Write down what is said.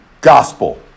gospel